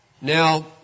Now